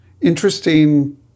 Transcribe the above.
interesting